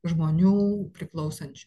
žmonių priklausančių